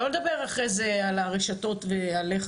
שלא לדבר אחרי זה על הרשתות ועל איך